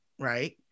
right